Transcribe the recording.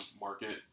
market